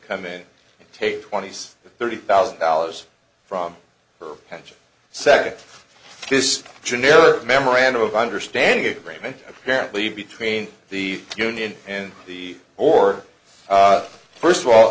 come in and take twenty six thirty thousand dollars from her pension second this generic memorandum of understanding agreement apparently between the union and the or first of all